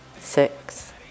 six